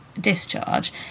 discharge